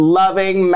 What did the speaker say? loving